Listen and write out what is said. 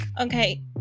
Okay